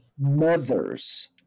mothers